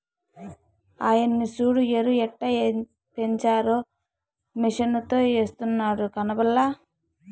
ఆయన్ని సూడు ఎరుయెట్టపెంచారో మిసనుతో ఎస్తున్నాడు కనబల్లా